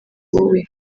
wowe